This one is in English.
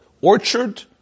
Orchard